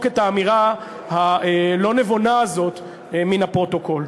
את האמירה הלא-נבונה הזאת מן הפרוטוקול.